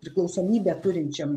priklausomybę turinčiam